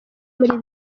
muri